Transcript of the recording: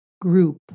group